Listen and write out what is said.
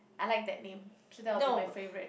I like that name so that will be my favourite